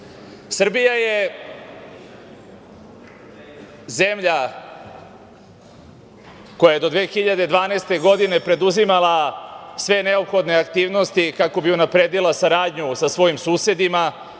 je zemlja koja je do 2012. godine preduzimala sve neophodne aktivnosti kako bi unapredila saradnju sa svojim susedima,